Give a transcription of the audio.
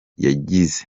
yagize